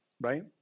right